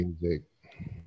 music